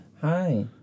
hi